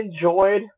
enjoyed